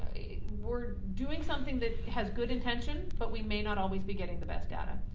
we're doing something that has good intention but we may not always be getting the best data.